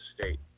state